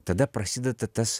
tada prasideda tas